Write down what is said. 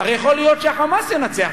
הרי יכול להיות שה"חמאס" ינצח,